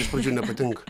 iš pradžių nepatinka